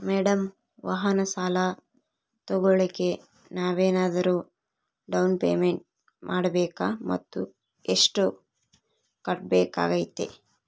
Madam ವಾಹನ ಸಾಲ ತೋಗೊಳೋಕೆ ನಾವೇನಾದರೂ ಡೌನ್ ಪೇಮೆಂಟ್ ಮಾಡಬೇಕಾ ಮತ್ತು ಎಷ್ಟು ಕಟ್ಬೇಕಾಗ್ತೈತೆ?